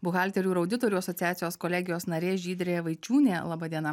buhalterių ir auditorių asociacijos kolegijos narė žydrė vaičiūnė laba diena laba diena